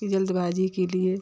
जल्दबाजी के लिए